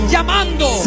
Llamando